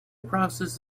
process